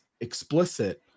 explicit